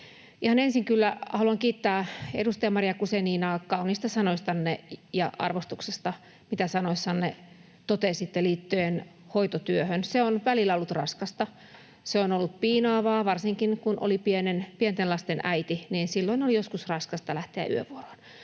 Ihan ensin kyllä haluan kiittää edustaja Maria Guzeninaa kauniista sanoistanne ja arvostuksesta, mitä sanoissanne totesitte liittyen hoitotyöhön. Se on välillä ollut raskasta. Se on ollut piinaavaa. Varsinkin kun olin pienten lasten äiti, niin silloin oli joskus raskasta lähteä yövuoroon.